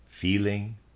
feeling